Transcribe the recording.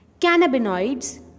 cannabinoids